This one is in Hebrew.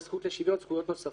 בזכות לשוויון זכויות נוספות.